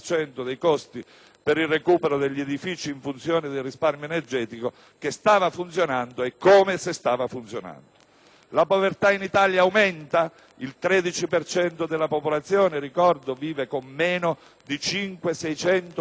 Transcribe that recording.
per il recupero degli edifici in funzione del risparmio energetico che stava funzionando, eccome! La povertà in Italia aumenta? Il 13 per cento della popolazione vive con meno di 500-600 euro al mese